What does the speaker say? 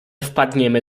wpadniemy